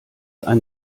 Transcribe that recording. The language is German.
ein